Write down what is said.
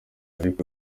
ariko